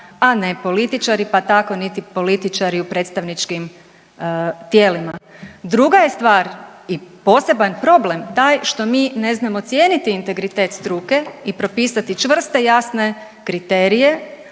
a ne političari, pa tako niti političari u predstavničkim tijelima. Druga je stvar i poseban problem taj što mi ne znamo cijeniti integritet struke i propisati čvrste i jasne kriterije,